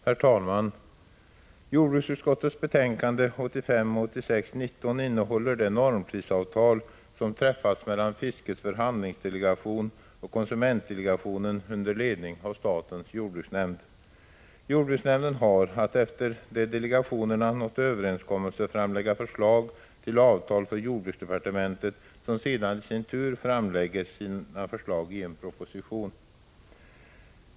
Herr talman! Jordbruksutskottets betänkande 1985/86:19 innehåller det normprisavtal som träffats mellan fiskets förhandlingsdelegation och konsumentdelegationen under ledning av statens jordbruksnämnd. Jordbruksnämnden har att efter det att delegationen nått överenskommelse framlägga förslag till avtal för jordbruksdepartementet, som sedan i sin tur framlägger sina förslag i en proposition.